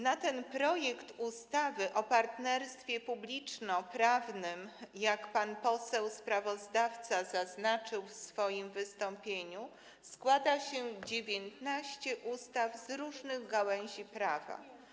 Na ten projekt ustawy o partnerstwie publiczno-prywatnym, jak pan poseł sprawozdawca zaznaczył w swoim wystąpieniu, składa się 19 ustaw z różnych gałęzi prawa.